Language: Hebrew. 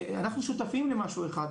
אנחנו שותפים למשהו אחד,